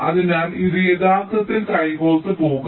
അതിനാൽ ഇത് യഥാർത്ഥത്തിൽ കൈകോർത്ത് പോകാം